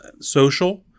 social